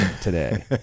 today